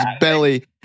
belly